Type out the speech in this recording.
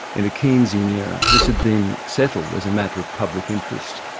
in a keynesian era this had been settled as a matter of public interest.